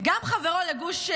גם חברו לגוש,